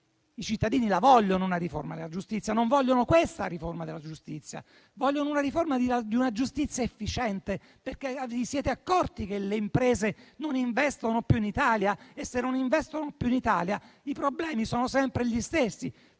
i cittadini vogliono una riforma della giustizia. Non vogliono questa riforma della giustizia, ma vogliono una riforma della giustizia efficiente. Vi siete accorti che le imprese non investono più in Italia? Se esse non investono più in Italia, i problemi sono sempre gli stessi.